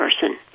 person